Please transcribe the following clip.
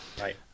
Right